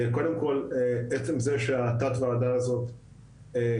קודם כל עצם זה שהתת ועדה הזאת קיימת,